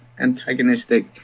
antagonistic